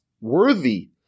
worthy